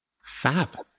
Fab